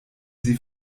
sie